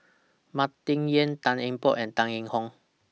Martin Yan Tan Eng Bock and Tan Yee Hong